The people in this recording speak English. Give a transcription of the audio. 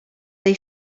they